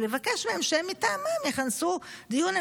ולבקש מהם שהם מטעמם יכנסו דיון.